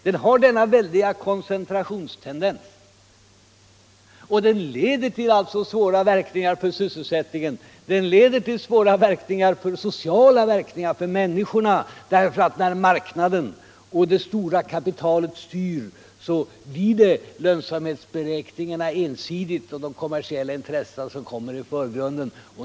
Den har alltså denna väldiga koncentrationstendens, och den leder till svåra verkningar för sysselsättningen, till svåra sociala verkningar för människorna. När marknaden och det stora kapitalet styr, blir det ensidigt lönsamhetsberäkningarna och de kommersiella intressena som kommer i förgrunden.